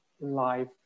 life